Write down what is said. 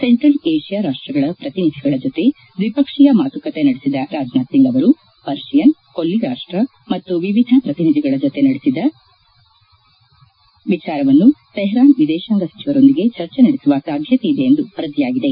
central Asia ರಾಷ್ಟ್ರಗಳ ಪ್ರತಿನಿಧಿಗಳ ಜತೆ ದ್ವಿಪಕ್ಷೀಯ ಮಾತುಕತೆ ನಡೆಸಿದ ರಾಜನಾಥ್ ಸಿಂಗ್ ಅವರು ಪರ್ಷಿಯನ್ ಕೊಲ್ಲಿ ರಾಷ್ಟ ಮತ್ತು ವಿವಿಧ ಪ್ರತಿನಿಧಿಗಳ ಜತೆ ನಡೆಸಿದ ವಿಚಾರವನ್ನು ಥೆಹರಾನ್ ವಿದೇಶಾಂಗ ಸಚಿವರೊಂದಿಗೆ ಚರ್ಚೆ ನಡೆಸುವ ಸಾಧ್ಯತೆಯಿದೆ ಎಂದು ವರದಿಯಾಗಿದೆ